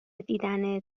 دیدنت